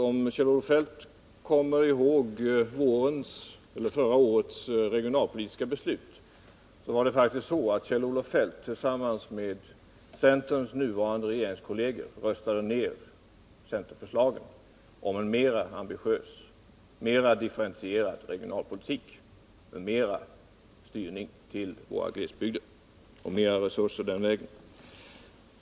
När riksdagen förra året fattade sitt regionalpolitiska beslut, var det faktiskt så att Kjell-Olof Feldt tillsammans med bl.a. centerns nuvarande regeringskolleger röstade ner centerförslagen om en mera ambitiös och mera differentierad regionalpolitik som innebar större resurser till glesbygderna.